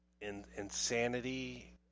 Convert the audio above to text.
insanity